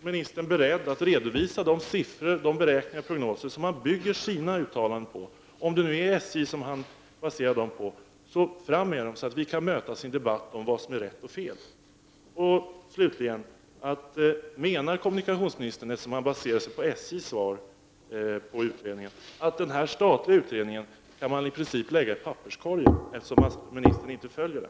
ministern beredd att redovisa de siffror, de beräkningar och prognoser som han bygger sina uttalanden på? Om det nu är SJ:s utredning som han baserar dessa uttalanden på får han ta fram den, så att vi kan mötas i en debatt om vad som är rätt och fel. Slutligen: Menar kommunikationsministern, eftersom han baserar sina uttalanden på SJ:s svar, att den statliga utredningen i princip kan läggas i papperskorgen, eftersom han inte följer den?